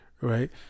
right